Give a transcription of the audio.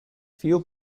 fuel